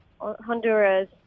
Honduras